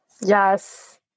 Yes